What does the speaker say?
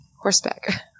horseback